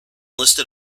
listed